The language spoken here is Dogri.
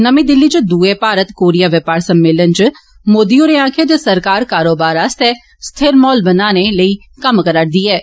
नर्मी दिल्ली च दुए भारत कोरिया व्योपार सम्मेलन च मोदी होरें आक्खेआ जे सरकार कारोबार आस्तै स्थिर माहौल बनाने लेई कम्म करा'रदी ऐं